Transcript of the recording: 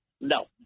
No